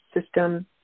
system